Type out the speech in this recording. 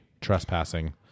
trespassing